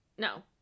No